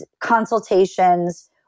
consultations